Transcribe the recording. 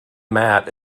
matt